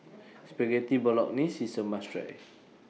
Spaghetti Bolognese IS A must Try